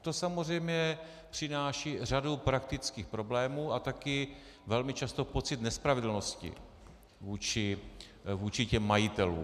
To samozřejmě přináší řadu praktických problémů a taky velmi často pocit nespravedlnosti vůči těm majitelům.